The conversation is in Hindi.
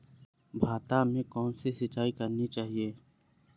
भाता में कौन सी सिंचाई करनी चाहिये?